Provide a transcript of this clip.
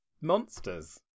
monsters